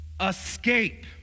escape